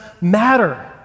matter